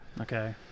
Okay